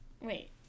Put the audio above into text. wait